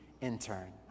intern